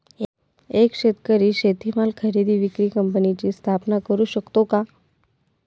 एक शेतकरी शेतीमाल खरेदी विक्री कंपनीची स्थापना करु शकतो का?